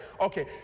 Okay